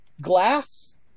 glass